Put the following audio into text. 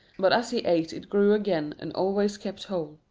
but as he ate it grew again and always kept whole.